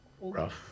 rough